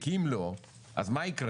כי אם לא, אז מה יקרה?